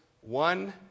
one